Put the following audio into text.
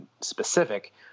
Specific